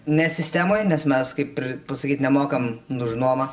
ne sistemoj nes mes kaip ir pasakyt nemokam už nuomą